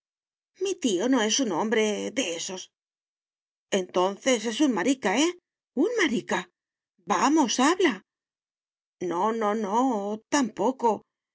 mi tío no es un hombre de esos entonces es un marica eh un marica vamos habla no no no tampoco